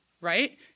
right